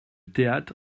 théâtre